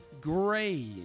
Gray